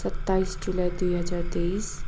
सत्ताइस जुलाई दुई हजार तेइस